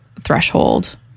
threshold